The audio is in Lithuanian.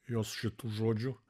jos šitų žodžių